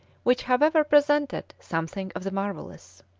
which however presented something of the marvellous.